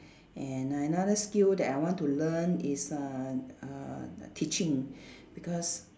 and another skill that I want to learn is uh uh teaching because